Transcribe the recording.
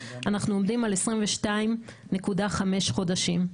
אנחנו עומדים על 22.5 חודשים.